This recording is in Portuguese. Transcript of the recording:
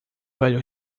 velho